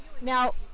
Now